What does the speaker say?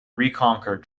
reconquer